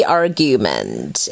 argument